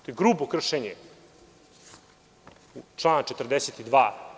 To je grubo kršenje člana 42.